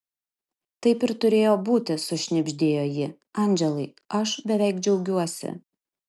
taip ir turėjo būti sušnibždėjo ji andželai aš beveik džiaugiuosi